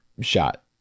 shot